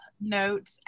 note